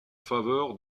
faveur